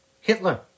Hitler